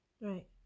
Right